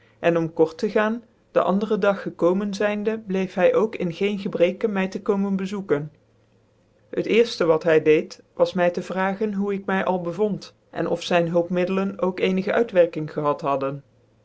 en om kort tc gaan den anderen dag gekomen zijnde bleef hy ook in geen gebreken my tc komen bezoeken het cerfte wat hy deed was my tc vragen hoe ik my al bevond en of zyn hulpmiddelen ook ccnigc uitwerking gehad hadden